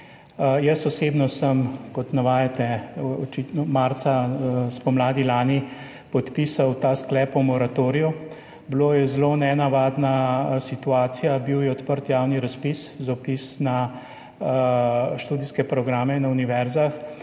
jaz osebno sem, kot navajate, očitno lani spomladi, marca, podpisal ta sklep o moratoriju. Bila je zelo nenavadna situacija, bil je odprt javni razpis za vpis na študijske programe na univerzah